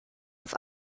auf